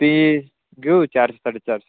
तीस घेऊ चारशे साडे चारशे